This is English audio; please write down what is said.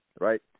right